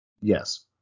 Yes